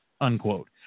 unquote